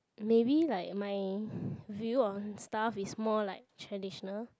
maybe like my view on stuff is more like traditional